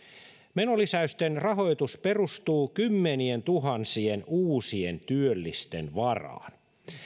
menolisäysten rahoitus perustuu kymmenientuhansien uusien työllisten varaan